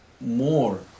more